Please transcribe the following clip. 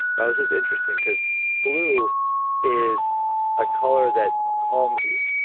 now this is interesting because blue is a color that calms you